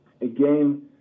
Again